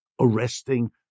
arresting